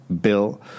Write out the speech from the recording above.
Bill